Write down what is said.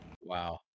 wow